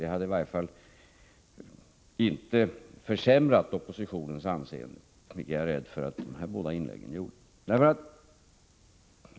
Det hade i varje fall inte försämrat oppositionens anseende, vilket jag är rädd för att de två inläggen gjorde.